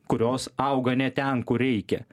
kurios auga ne ten kur reikia